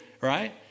right